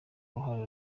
uruhare